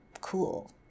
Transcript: cool